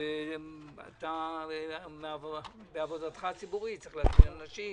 ומצד שני צריך להפעיל אנשים.